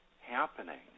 happening